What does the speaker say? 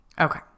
okay